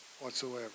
whatsoever